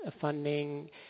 funding